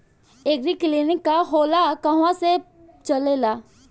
एगरी clinic का होला कहवा से चलेँला?